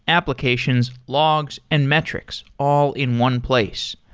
applications, logs and metrics all in one place.